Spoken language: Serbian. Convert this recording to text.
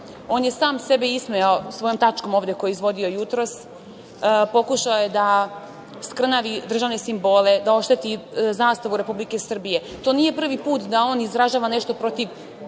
On je sam sebe ismejao svojom tačkom ovde koju je izvodio jutros. Pokušao je da skrnavi državne simbole, da ošteti zastavu Republike Srbije. To nije prvi put da on izražava nešto protiv